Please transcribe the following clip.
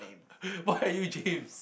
why are you James